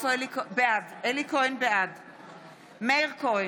בעד מאיר כהן,